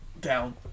Down